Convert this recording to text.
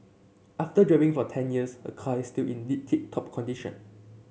after driving for ten years her car is still in tip top condition